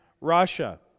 Russia